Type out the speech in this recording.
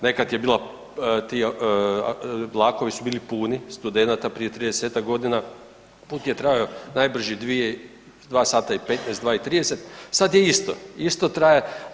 Nekad je bila, ti vlakovi su bili puni studenata prije 30-tak godina put je trajao najbrži 2 sata i 15, 2,30, sad je isto, isto traje.